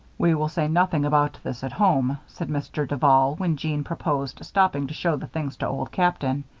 we will say nothing about this at home, said mr. duval, when jeanne proposed stopping to show the things to old captain.